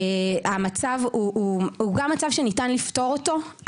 המצב הוא גם מצב שניתן לפתור אותו.